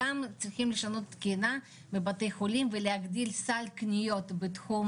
גם צריכים לשנות תקינה בבתי חולים ולהגדיל סל קניות בתחום